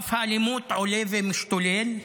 רף האלימות עולה ומשתולל,